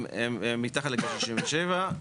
והם מתחת לגיל 67,